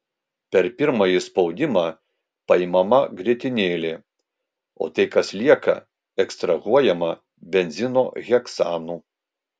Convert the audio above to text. per pirmąjį spaudimą paimama grietinėlė o tai kas lieka ekstrahuojama benzino heksanu